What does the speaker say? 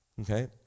Okay